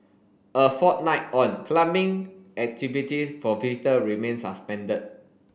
a fortnight on climbing activities for visitor remain suspended